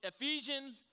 Ephesians